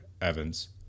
Evans